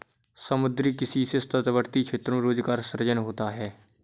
समुद्री किसी से तटवर्ती क्षेत्रों में रोजगार सृजन होता है